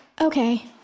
Okay